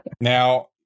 Now